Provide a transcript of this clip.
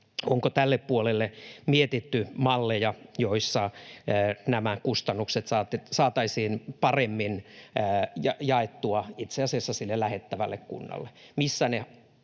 onko tälle puolelle mietitty malleja, joissa nämä kustannukset saataisiin paremmin jaettua itse asiassa sille lähettävälle kunnalle, missä usein